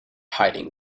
hiding